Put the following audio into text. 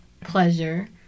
pleasure